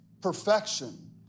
perfection